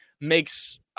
makes